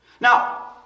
Now